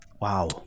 wow